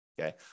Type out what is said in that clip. okay